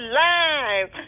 live